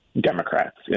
Democrats